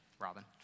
Robin